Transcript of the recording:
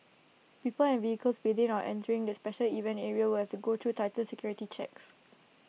people and vehicles within or entering the special event areas will have to go through tighter security checks